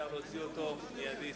אפשר להוציא אותו מיידית.